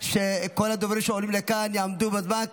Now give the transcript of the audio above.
שכל הדוברים שעולים לכאן יעמדו בזמן.